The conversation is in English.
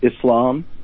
Islam